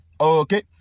Okay